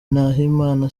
nahimana